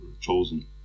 chosen